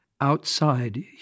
outside